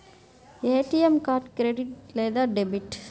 ATM card credit లేదా debit?